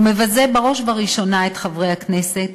הוא מבזה בראש ובראשונה את חברי הכנסת